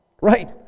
right